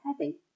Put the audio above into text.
Heavy